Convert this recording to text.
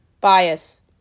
bias